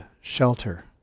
shelter